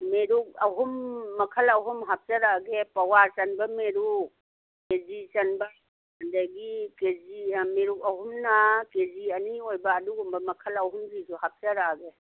ꯃꯦꯔꯨꯛ ꯑꯍꯨꯝ ꯃꯈꯜ ꯑꯍꯨꯝ ꯍꯥꯞꯆꯔꯛꯑꯒꯦ ꯄꯋꯥ ꯆꯟꯕ ꯃꯦꯔꯨꯛ ꯀꯦꯖꯤ ꯆꯟꯕ ꯑꯗꯒꯤ ꯀꯦꯖꯤ ꯃꯦꯔꯨꯛ ꯑꯍꯨꯝꯅ ꯀꯦꯖꯤ ꯑꯅꯤ ꯑꯣꯏꯕ ꯑꯗꯨꯒꯨꯝꯕ ꯃꯈꯜ ꯑꯍꯨꯝꯒꯤꯁꯨ ꯍꯥꯞꯆꯔꯛꯑꯒꯦ